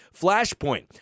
Flashpoint